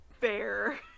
Fair